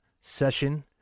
session